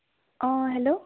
অ hello